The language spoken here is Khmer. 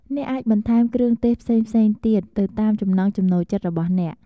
អ្នកអាចបន្ថែមគ្រឿងទេសផ្សេងៗទៀត ទៅតាមចំណងចំណូលចិត្តរបស់អ្នក។